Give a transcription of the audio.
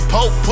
Pope